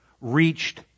reached